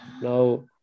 Now